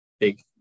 big